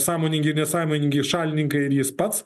sąmoningi ir nesąmoningi šalininkai ir jis pats